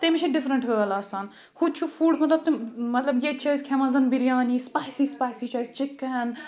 تٔمِس چھےٚ ڈِفرنٛٹ ہٲل آسان ہُتہِ چھُ فُڈ مطلب تِم مطلب ییٚتہِ چھِ أسۍ کھؠوان زَن بِریانِی سٕپایسی سٕپایسی چھِ أسۍ چِکَن